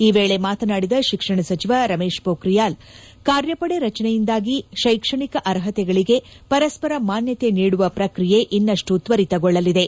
ಈ ವೇಳಿ ಮಾತನಾಡಿದ ಶಿಕ್ಷಣ ಸಚಿವ ರಮೇಶ್ ಪೋಖ್ರಿಯಾಲ್ ಕಾರ್ಯಪಡೆ ರಚನೆಯಿಂದಾಗಿ ಶೈಕ್ಷಣಿಕ ಅರ್ಹತೆಗಳಿಗೆ ಪರಸ್ವರ ಮಾನ್ಯತೆ ನೀಡುವ ಪ್ರಕ್ರಿಯೆ ಇನ್ನಷ್ಟು ತ್ವರಿತಗೊಳ್ಳಲಿದೆ